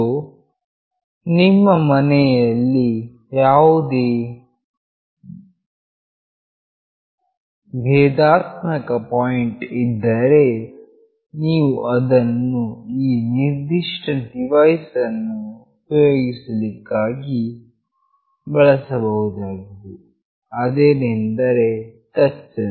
so ನಿಮ್ಮ ಮನೆಯಲ್ಲಿ ಯಾವುದೇ ಭೇದಾತ್ಮಕ ಪಾಯಿಂಟ್ ಇದ್ದರೆ ನೀವು ಅದನ್ನು ಈ ನಿರ್ದಿಷ್ಟ ಡಿವೈಸ್ ಅನ್ನು ಉಪಯೋಗಿಸಲಿಕ್ಕಾಗಿ ಬಳಸಬಹುದಾಗಿದೆ ಅದೇನೆಂದರೆ ಟಚ್ ಸೆನ್ಸರ್